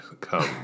come